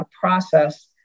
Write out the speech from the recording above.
process